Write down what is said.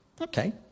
Okay